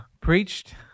preached